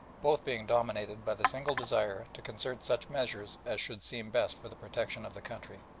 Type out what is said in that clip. both being dominated by the single desire to concert such measures as should seem best for the protection of the country.